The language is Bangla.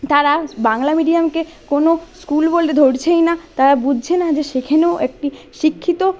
তারা বাংলা মিডিয়ামকে কোনও স্কুল বলে ধরছেই না তারা বুঝছে না সেখানেও একটি শিক্ষিত